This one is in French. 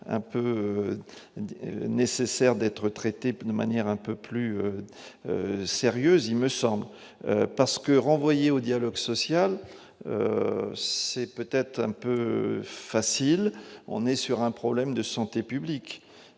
un peu nécessaire d'être traités pneus manière un peu plus sérieux, il me semble, parce que renvoyer au dialogue social, c'est peut-être un peu facile, on est sur un problème de santé publique